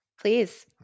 Please